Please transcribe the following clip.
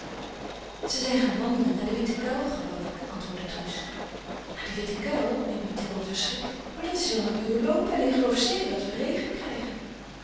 ze zijn gaan wandelen naar den witten kuil geloof ik antwoordde truus naar den witten kuil riep mathilde verschrikt maar dat is wel een uur loopen en ik geloof zeker dat we regen krijgen